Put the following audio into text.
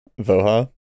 voha